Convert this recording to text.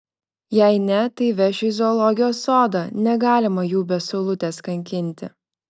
jei ne tai vešiu į zoologijos sodą negalima jų be saulutės kankinti